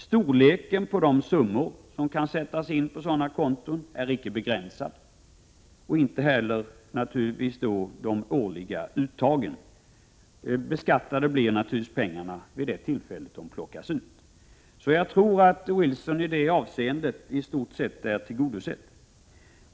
Storleken på de summor som kan sättas in på sådana konton är inte begränsad, och inte heller de årliga uttagen. Pengarna blir naturligtvis beskattade vid det tillfälle då de tas ut. Jag tror Carl-Johan Wilsons synpunkter i det avseendet är i stort sett tillgodosedda.